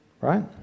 Right